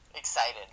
excited